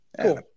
cool